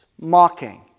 mocking